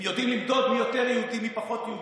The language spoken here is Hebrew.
הם יודעים למדוד מי יותר יהודי ומי פחות יהודי,